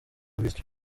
bityo